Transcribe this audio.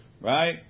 Right